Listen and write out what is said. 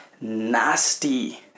nasty